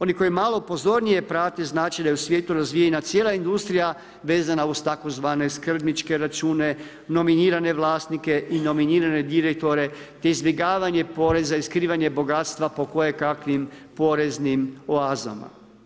Oni koji malo pozornije prate, znat će da je u svijetu razvijena cijela industrija vezana uz tzv. skrbničke račune, nominirane vlasnike i nominirane direktore te izbjegavanje poreza i skrivanje bogatstva po koje kakvim poreznim oazama.